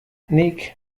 nik